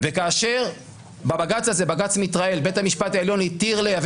כאשר בבג"ץ מיטראל בית המשפט העליון התיר לייבא